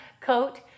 coat